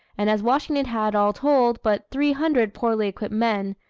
and as washington had, all told, but three hundred poorly equipped men,